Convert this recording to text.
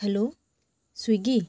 hello Swiggy